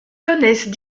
connaissent